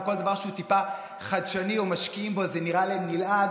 וכל דבר שהוא טיפה חדשני או משקיעים בו זה נראה להם נלעג,